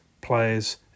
Players